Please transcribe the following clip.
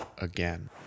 again